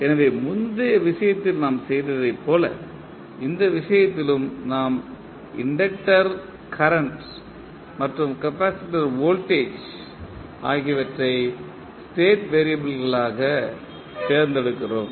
எனவே முந்தைய விஷயத்தில் நாம் செய்ததைப் போல இந்த விஷயத்திலும் நாம் இண்டக்டர் கரண்ட் மற்றும் கப்பாசிட்டர் வோல்டேஜ் ஆகியவற்றை ஸ்டேட் வெறியபிள் ஆக தேர்ந்தெடுக்கிறோம்